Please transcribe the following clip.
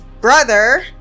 brother